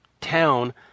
town